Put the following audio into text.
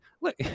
look